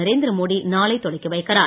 நரேந்திர மோடி நாளை தொடக்கிவைக்கிறார்